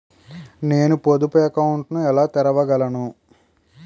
నేను పొదుపు అకౌంట్ను ఎలా తెరవగలను?